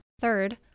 third